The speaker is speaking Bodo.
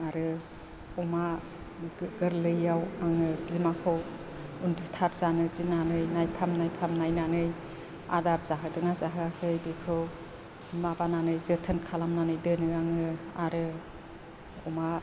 आरो अमा गोरलैआव आङो बिमाखौ उन्दुथाबजानो गिनानै नायफाम नायफाम नायनानै आदार जाहोदोंना जाहोआखै बेखौ माबानानै जोथोन खालामनानै दोनो आङो आरो अमा